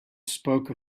spoke